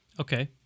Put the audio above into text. Okay